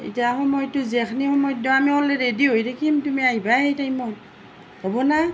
এতিয়া সময়টো যিখিনি সময়ত দিয়া আমি ওলাই ৰেদি হৈ থাকিম তুমি আহিবা সেই টাইমত হ'ব নে